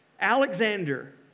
Alexander